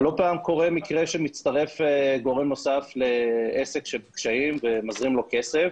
לא פעם קורה מקרה שמצטרף גורם נוסף לעסק שנמצא בקשיים ומזרים לו כסף